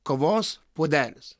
kavos puodelis